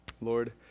Lord